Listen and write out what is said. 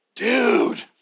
Dude